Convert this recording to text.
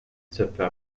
zöpfe